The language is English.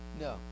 No